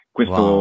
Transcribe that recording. Questo